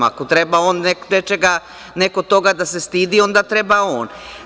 Ako treba on nečega da se stidi, onda treba on.